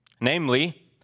namely